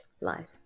life